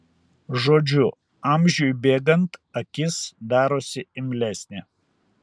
žodžiu amžiui bėgant akis darosi imlesnė